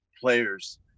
players